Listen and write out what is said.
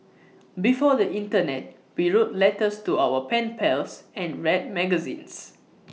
before the Internet we wrote letters to our pen pals and read magazines